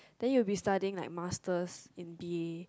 then you will be studying like masters in b_a